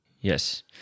Yes